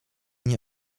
nie